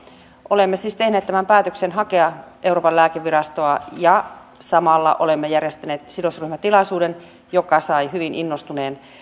olemme siis tehneet tämän päätöksen hakea euroopan lääkevirastoa ja samalla olemme järjestäneet sidosryhmätilaisuuden joka sai hyvin innostuneen